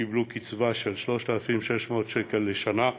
הם קיבלו קצבה של 3,600 שקל לשנה,